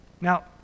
Now